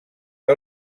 que